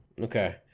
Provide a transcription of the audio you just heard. Okay